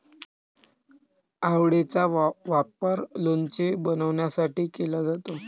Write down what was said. आवळेचा वापर लोणचे बनवण्यासाठी केला जातो